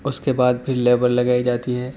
اس کے بعد پھر لیبر لگائی جاتی ہے